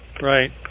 Right